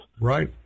Right